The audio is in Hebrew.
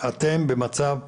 תוקם בשבוע הבא,